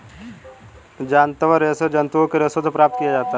जांतव रेशे जंतुओं के रेशों से प्राप्त किया जाता है